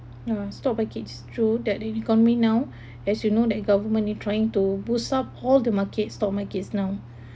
yeah stock markets true they’re recovering now as you know that government is trying to boost up all the market stock markets now